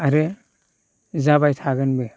आरो जाबाय थागोनबो